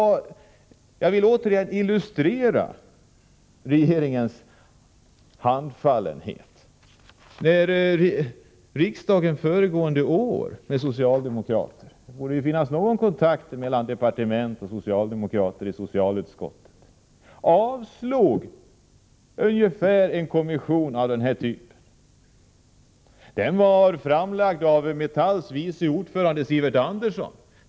Jag vill återigen illustrera regeringens handfallenhet. Riksdagen avslog förra året förslaget om en kommission av denna typ — det borde emellertid finnas någon kontakt mellan departement och socialdemokrater i socialutskottet. Detta förslag var framlagt av Metalls vice ordförande Sivert Andersson.